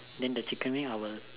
then the chicken wing I'll